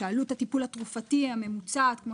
שעלות הטיפול התרופתי הממוצעת כמו